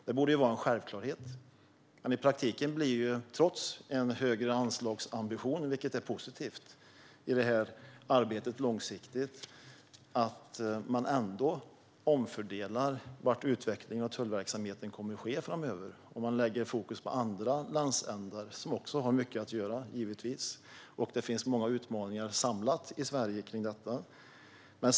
Det borde vara en självklarhet. Det är positivt med en hög anslagsambition i det långsiktiga arbetet, men det blir ändå i praktiken en omfördelning i fråga om var utvecklingen av tullverksamheten kommer att ske framöver eftersom man lägger fokus på andra landsändar, som givetvis också har mycket att göra. Det finns många utmaningar i Sverige i denna fråga.